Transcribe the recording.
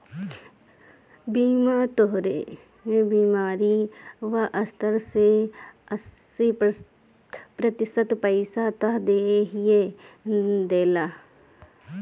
बीमा तोहरे बीमारी क सत्तर से अस्सी प्रतिशत पइसा त देहिए देवेला